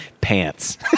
pants